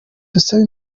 dusabe